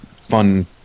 fun